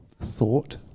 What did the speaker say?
thought